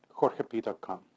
jorgep.com